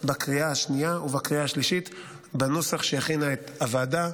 בקריאה השנייה ובקריאה השלישית בנוסח שהכינה הוועדה.